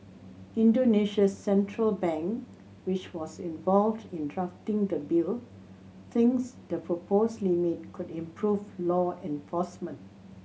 Indonesia's central bank which was involved in drafting the bill things the proposed limit could improve law enforcement